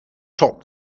topped